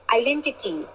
identity